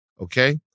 okay